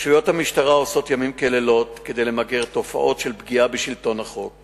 רשויות המשטרה עושות ימים כלילות כדי למגר תופעות של פגיעה בשלטון החוק